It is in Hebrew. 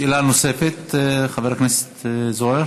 שאלה נוספת, חבר הכנסת זוהיר.